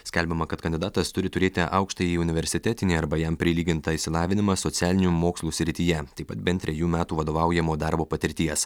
skelbiama kad kandidatas turi turėti aukštąjį universitetinį arba jam prilygintą išsilavinimą socialinių mokslų srityje taip pat bent trejų metų vadovaujamo darbo patirties